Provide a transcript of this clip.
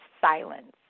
silence